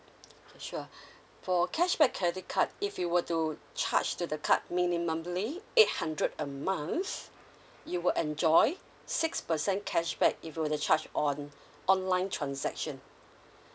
sure for cashback credit card if you were to charge to the card minimumly eight hundred a month you will enjoy six percent cashback if you were to charge on online transaction